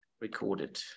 Recorded